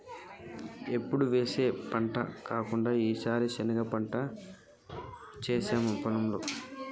ఎప్పుడు వేసే పంట కాకుండా ఈసారి శనగ పంట వేసాము పొలంలో